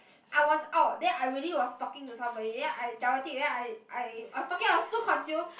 I was out then I already was talking to somebody then I I I was talking I was too consumed